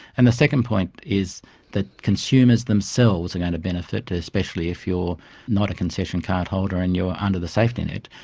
and the second point is that consumers themselves are going to benefit, especially if you are not a concession card holder and you are under the safety net.